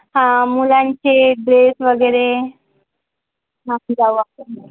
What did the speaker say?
हा मुलांचे ड्रेस वगैरे हं जाऊ आपण